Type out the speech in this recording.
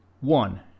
One